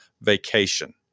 vacation